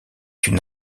une